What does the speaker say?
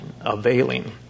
availing